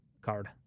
card